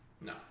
No